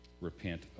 repent